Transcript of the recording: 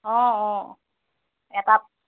অঁ অঁ এটাত